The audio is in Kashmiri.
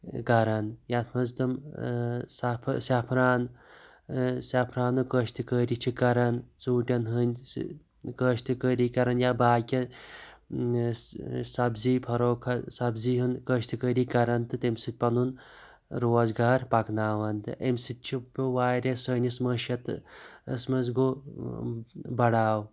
کَرن یتھ منٛز تِم سیفہٕ سیفران سیفرانُک کٲشتہٕ کٲری چھ کَران ژونٹٮ۪ن ہٕنٛدۍ کٲشتہٕ کٲری یا باقٕے سَبزی فَروخت سَبزی ہنٛد کٲشتہٕ کٲری کَران تہٕ تمہِ سۭتۍ پَنُن روزگار پَکناوان تہِ امہِ سۭتۍ چھِ پیٚو وارِیاہ سٲنِس ماشیَتس منٛز گوٚو بڑاو